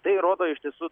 tai rodo iš tiesų